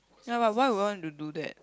ya but why would I want to do that